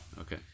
Okay